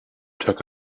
took